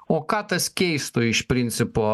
o ką tas keistų iš principo